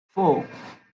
four